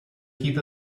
heap